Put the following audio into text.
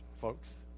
folks